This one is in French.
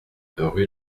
rue